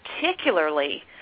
particularly